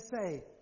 say